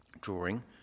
drawing